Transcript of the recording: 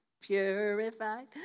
purified